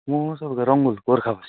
म तपाईँको रङबुल गोर्खाबस्ती